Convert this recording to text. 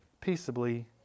peaceably